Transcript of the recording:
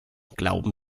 glauben